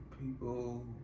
People